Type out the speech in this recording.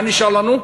מה נשאר לנו?